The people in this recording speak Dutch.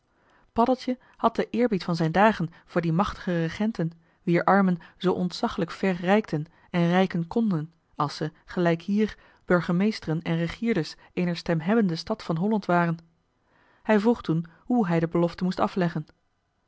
had den eerbied van zijn dagen voor die machtige regenten wier armen zoo ontzaglijk ver reikten en reiken knden als ze gelijk hier burgemeesteren en regierders eener stemhebbende stad van holland waren hij vroeg toen hoe hij de belofte moest afleggen